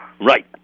Right